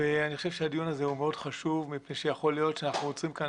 ואני חושב שהדיון הזה הוא מאוד חשוב מפני שיכול להיות שאנחנו עוצרים כאן